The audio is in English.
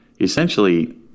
Essentially